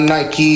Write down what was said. Nike